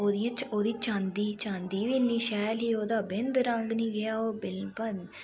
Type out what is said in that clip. ओह्दियां ओह्दी चांदी चांदी बी इन्नी शैल ही ओह्दा बिंद रंग नी गेआ ओह् बिलकुल